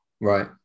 Right